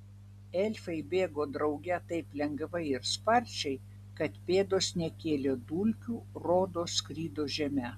elfai bėgo drauge taip lengvai ir sparčiai kad pėdos nekėlė dulkių rodos skrido žeme